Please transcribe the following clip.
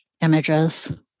images